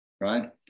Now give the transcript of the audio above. right